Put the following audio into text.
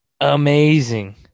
amazing